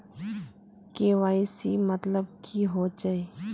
KYC मतलब की होचए?